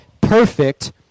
perfect